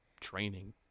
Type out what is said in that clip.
training